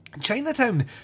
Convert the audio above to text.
Chinatown